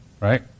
right